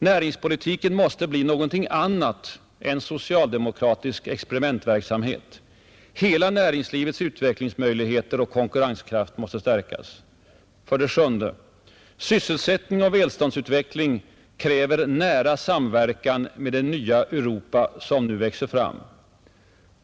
Näringspolitiken måste bli något annat än socialdemokratisk experimentverksamhet. Hela näringslivets utvecklingsmöjligheter och konkurrenskraft måste stärkas. 7. Sysselsättning och välståndsutveckling kräver nära samverkan med det nya Europa, som nu växer fram.